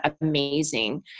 amazing